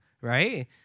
right